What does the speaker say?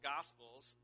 Gospels